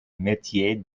métier